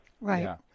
Right